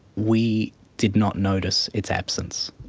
we did not notice its absence,